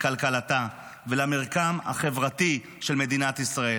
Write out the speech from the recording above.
לכלכלתה ולמרקם החברתי של מדינת ישראל.